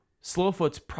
Slowfoot's